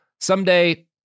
someday